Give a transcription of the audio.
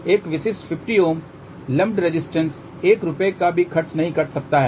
एक विशिष्ट 50 Ω lumped resistor 1 रुपये का भी खर्च नहीं कर सकता है